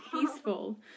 peaceful